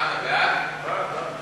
ההצעה להעביר את הנושא